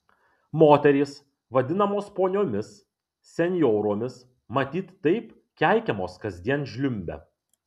moterys vadinamos poniomis senjoromis matyt taip keikiamos kasdien žliumbia